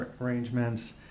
arrangements